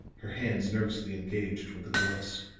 her hands nervously engaged with the gloves.